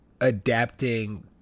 adapting